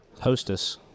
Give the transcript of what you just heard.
Hostess